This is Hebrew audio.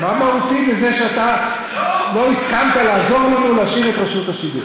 מה מהותי בזה שאתה לא הסכמת לעזור לנו להשאיר את רשות השידור?